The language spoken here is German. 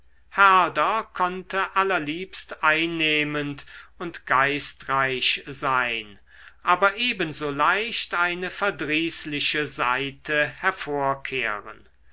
herder konnte allerliebst einnehmend und geistreich sein aber ebenso leicht eine verdrießliche seite hervorkehren